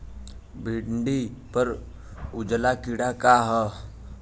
भिंडी पर उजला कीड़ा का है?